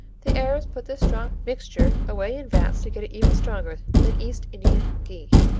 the arabs put this strong mixture away in vats to get it even stronger than east indian ghee.